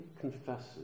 confesses